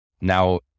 Now